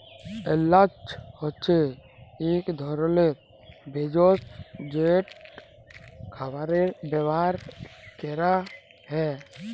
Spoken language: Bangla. এল্যাচ হছে ইক ধরলের ভেসজ যেট খাবারে ব্যাভার ক্যরা হ্যয়